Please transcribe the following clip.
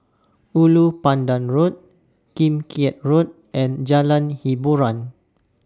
Ulu Pandan Road Kim Keat Road and Jalan Hiboran